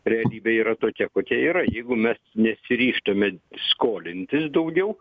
realybė yra tokia kokia yra jeigu mes nesiryžtame skolintis daugiau